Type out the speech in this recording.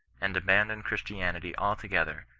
and abandon christianii altogether,